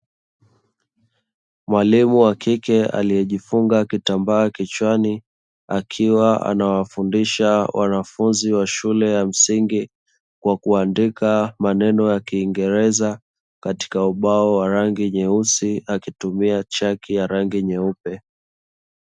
Mwalimu wa kike aliyejifunga kitambaa kichwani akiwa anawafundisha wanafunzi wa shule ya msingi, kwa kuandika maneno ya kingereza katika ubao wa rangi nyeusi, akitumia chaki ya rangi nyeupe.